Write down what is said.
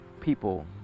people